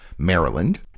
Maryland